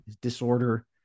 disorder